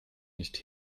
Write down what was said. nicht